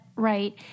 right